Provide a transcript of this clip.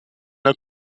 der